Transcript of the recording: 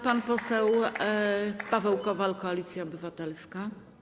Pan poseł Paweł Kowal, Koalicja Obywatelska.